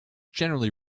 generally